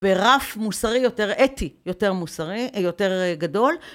ברף מוסרי יותר אתי, יותר גדול.